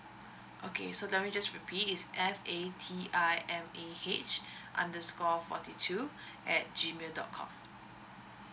okay so let me just repeat is f a t I m a h underscore forty two at G mail dot com